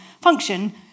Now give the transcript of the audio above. function